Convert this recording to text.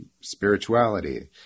spirituality